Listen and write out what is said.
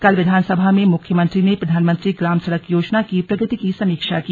कल विधानसभा में मुख्यमंत्री ने प्रधानमंत्री ग्राम सड़क योजना की प्रगति की समीक्षा की